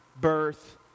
birth